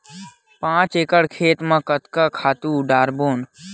पांच एकड़ खेत म कतका खातु डारबोन?